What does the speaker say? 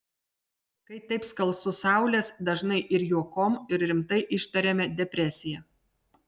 kai taip skalsu saulės dažnai ir juokom ir rimtai ištariame depresija